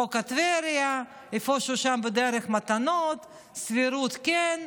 חוק טבריה, איפשהו בדרך המתנות, סבירות כן,